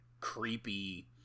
creepy